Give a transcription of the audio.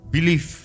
Belief